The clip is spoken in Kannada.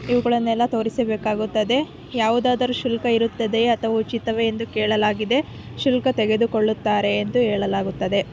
ಇವುಗಳನ್ನೆಲ್ಲ ತೋರಿಸಬೇಕಾಗುತ್ತದೆ ಯಾವುದಾದರೂ ಶುಲ್ಕ ಇರುತ್ತದೆ ಅಥವಾ ಉಚಿತವೆ ಎಂದು ಕೇಳಲಾಗಿದೆ ಶುಲ್ಕ ತೆಗೆದುಕೊಳ್ಳುತ್ತಾರೆ ಎಂದು ಹೇಳಲಾಗುತ್ತದೆ